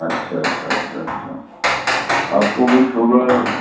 اچھا اچھا اچھا اچھا آپ کو کوئی شُگر